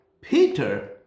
Peter